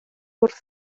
wrth